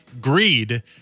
greed